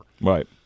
right